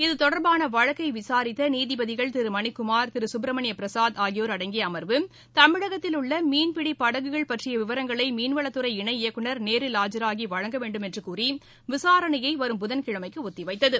இது தொடர்பான வழக்கை விசாரித்த நீதிபதிகள் திரு மணிக்குமார் திரு சுப்ரமணிய பிரசாத் ஆகியோர் அடங்கிய அமர்வு தமிழகத்தில் உள்ள மீன்பிடி படகுகள் பற்றிய விவரங்களை மீன்வளத்துறை இணை இயக்குநர் நேரில் ஆஜராகி வழங்க வேண்டுமென்று கூறி விசாரணையை வரும் புதன்கிழமைக்கு ஒத்திவைத்தது